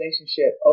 relationship